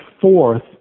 fourth